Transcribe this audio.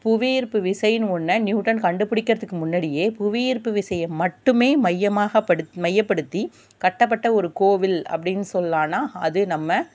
புவி ஈர்ப்பு விசைன்னு ஒன்றை நியூட்டன் கண்டுப்பிடிக்கிறத்துக்கு முன்னாடியே புவி ஈர்ப்பு விசையை மட்டுமே மையமாகப்படுத்தி மையப்படுத்தி கட்டப்பட்ட ஒரு கோவில் அப்படின் சொல்லான்னா அது நம்ம